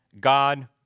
God